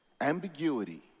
ambiguity